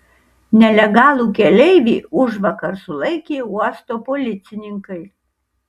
nelegalų keleivį užvakar sulaikė uosto policininkai